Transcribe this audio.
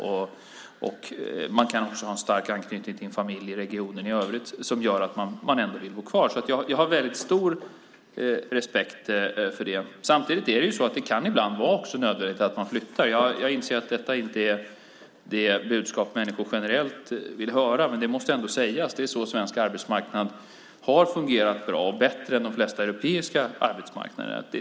Familjen har kanske också en stark anknytning till regionen i övrigt som gör att man vill bo kvar. Jag har därför väldigt stor respekt för det. Samtidigt kan det ibland också vara nödvändigt att flytta. Jag inser att detta inte är det budskap som människor generellt vill höra. Det måste ändå sägas, för det är så svensk arbetsmarknad har fungerat bra och bättre än de flesta europeiska arbetsmarknaderna.